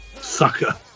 Sucker